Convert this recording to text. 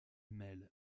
mêle